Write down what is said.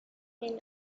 then